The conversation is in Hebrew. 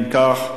אם כך,